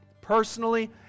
Personally